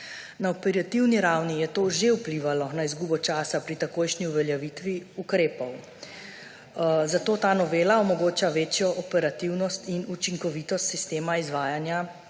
Na operativni ravni je to že vplivalo na izgubo časa pri takojšnji uveljavitvi ukrepov. Zato ta novela omogoča večjo operativnost in učinkovitost sistema izvajanja